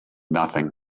nothing